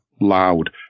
loud